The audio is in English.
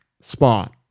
Spot